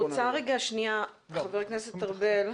חבר הכנסת ארבל,